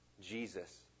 Jesus